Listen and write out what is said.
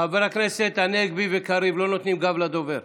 חברי הכנסת הנגבי וקריב, לא נותנים גב לדובר.